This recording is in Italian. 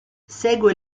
segue